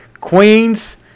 Queens